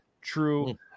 true